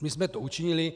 My jsme to učinili.